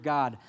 God